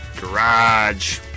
Garage